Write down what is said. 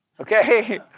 okay